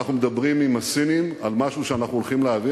אנחנו מדברים עם הסינים על משהו שאנחנו הולכים להביא,